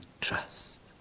trust